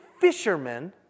fishermen